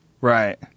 right